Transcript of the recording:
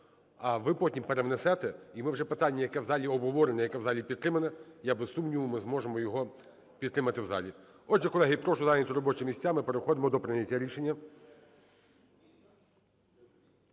а ви потім перевнесете, і ми вже питання, яке в залі обговорене, яке в залі підтримане, без сумніву, ми зможемо його підтримати в залі. Отже, колеги, прошу зайняти робочі місця, ми переходимо до прийняття рішення.